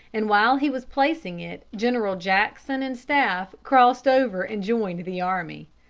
and while he was placing it general jackson and staff crossed over and joined the army.